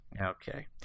okay